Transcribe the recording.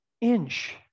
inch